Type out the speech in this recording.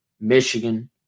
Michigan